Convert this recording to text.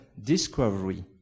discovery